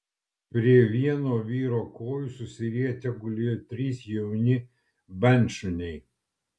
prie vieno vyro kojų susirietę gulėjo trys jauni bandšuniai